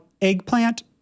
eggplant